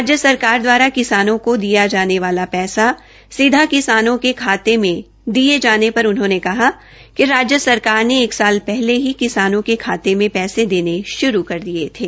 राजय सरकार दवारा किसानों की दिया जाने वाला पैसा सीध किसानों के खाते में दिये जाने पर उन्होंने कहा कि राज्य सरकार सरकार ने एक साल पहले ही किसानों के खाते में पैसे देने श्रू कर दिये थे